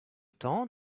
temps